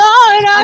Lord